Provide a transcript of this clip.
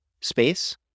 space